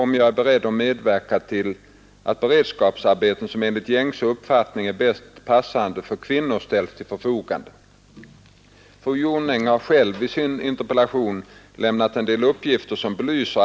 Vi har fått rätt nu, när länsstyrelsen i Norrbotten, det mest och svårast utsatta länet, har utgått just ifrån en planering med befolkningsramar i botten.